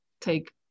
take